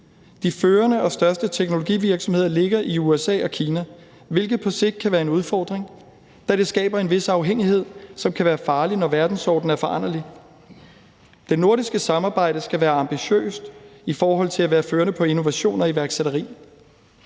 De førende og største teknologivirksomheder ligger i USA og Kina, hvilket på sigt kan være en udfordring, da det skaber en vis afhængighed, som kan være farlig, når verdensordenen er foranderlig. Det nordiske samarbejde skal være ambitiøst i forhold til at være førende på innovation og iværksætteri.